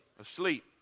asleep